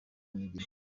imirimo